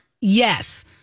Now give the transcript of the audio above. Yes